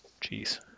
jeez